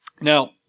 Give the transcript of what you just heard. Now